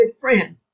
friend